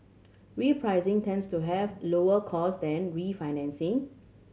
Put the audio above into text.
repricing tends to have lower cost than refinancing